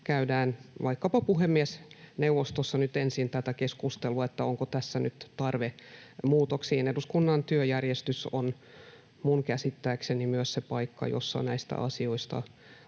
käydään vaikkapa puhemiesneuvostossa nyt ensin keskustelua, onko tässä nyt tarve muutoksiin. Eduskunnan työjärjestys on minun käsittääkseni myös se paikka, jossa näistä asioista